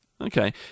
Okay